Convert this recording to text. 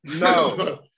No